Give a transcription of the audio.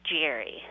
jerry